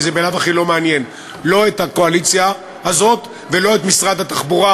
כי זה בלאו הכי לא מעניין לא את הקואליציה הזאת ולא את משרד התחבורה,